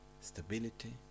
stability